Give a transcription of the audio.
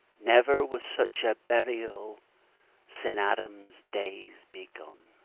never was such a burial sin' adam's days begun.